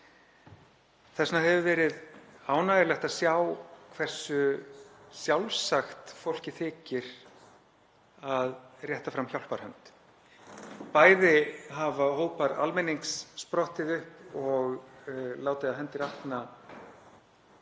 vegna hefur verið ánægjulegt að sjá hversu sjálfsagt fólki þykir að rétta fram hjálparhönd. Bæði hafa hópar almennings sprottið upp og látið af hendi rakna, ja,